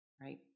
right